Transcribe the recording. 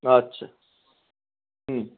আচ্ছা হুম